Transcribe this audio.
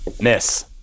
Miss